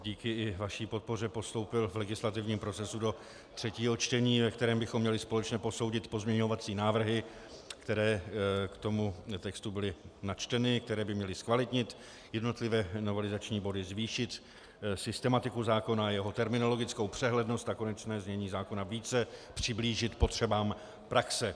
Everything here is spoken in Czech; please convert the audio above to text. Díky i vaší podpoře postoupil v legislativním procesu do třetího čtení, ve kterém bychom měli společně posoudit pozměňovací návrhy, které k tomu textu byly načteny, které by měly zkvalitnit jednotlivé novelizační body, zvýšit systematiku zákona a jeho terminologickou přehlednost a konečné znění zákona více přiblížit potřebám praxe.